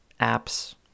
apps